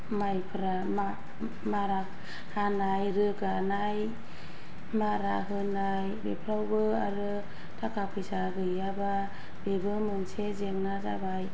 माइफोरा मा मारा हानाय रोगानाय मारा होनाय बेफोरावबो आरो थाखा फैसा गैयाबा बेबो मोनसे जेंना जाबाय